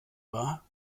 war